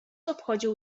obchodził